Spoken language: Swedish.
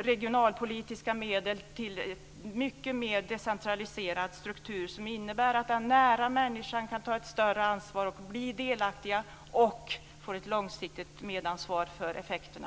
regionalpolitiska medel i en mycket mer decentraliserad struktur, som innebär att den enskilda människan kan ta ett större ansvar i sin närmiljö, bli delaktig och får ett långsiktigt medansvar för effekterna.